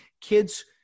kids